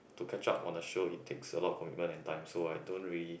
to catch up on the show it takes a lot of commitment and time so I don't really